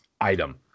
item